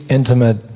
intimate